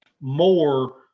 more